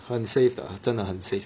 很 safe 的真的很 safe